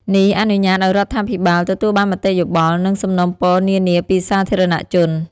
នេះអនុញ្ញាតឱ្យរដ្ឋាភិបាលទទួលបានមតិយោបល់ និងសំណូមពរនានាពីសាធារណជន។